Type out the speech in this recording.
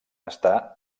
està